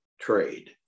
trade